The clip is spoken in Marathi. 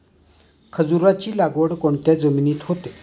खजूराची लागवड कोणत्या जमिनीत होते?